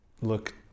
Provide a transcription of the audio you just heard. look